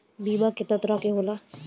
बीमा केतना तरह के होला?